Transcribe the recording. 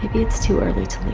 it's too early to leave